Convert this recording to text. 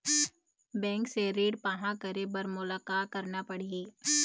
Bank से ऋण पाहां करे बर मोला का करना पड़ही?